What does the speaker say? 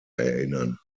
erinnern